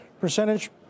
percentage